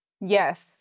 Yes